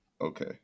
okay